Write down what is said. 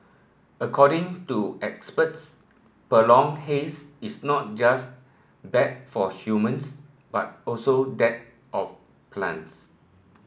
according to experts prolonged haze is not just bad for humans but also that of plants